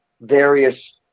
various